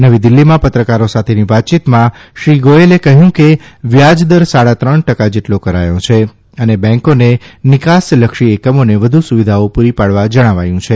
નવી દીલ્ફીમાં પત્રકારો સાથેની વાતચીતમાં શ્રી ગોથલે કહ્યું કે વ્યાજદર સાડા ત્રણ ટકા જેટલો કરાથો છે અને બેન્કોને નિકાસલક્ષી એકમોને વધુ સુવિધાઓ પૂરી પાડવા જણાવાયું છે